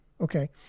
Okay